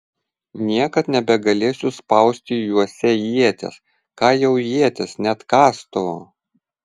niekad nebegalėsiu spausti juose ieties ką jau ieties net kastuvo